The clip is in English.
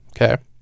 Okay